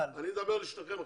אני מדבר אל שניכם עכשיו.